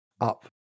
up